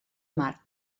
mar